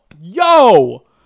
yo